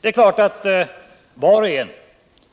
Det är klart att var och en